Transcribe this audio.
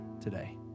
today